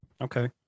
Okay